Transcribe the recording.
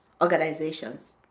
organizations